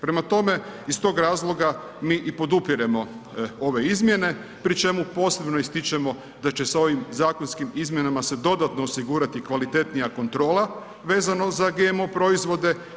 Prema tome, iz tog razloga mi i podupiremo ove izmjene, pri čemu posebno ističemo da će s ovim zakonskim izmjenama se dodatno osigurati kvalitetnija kontrola vezano za GMO proizvode.